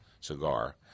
cigar